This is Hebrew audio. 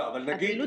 נגיד